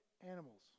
animals